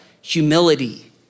humility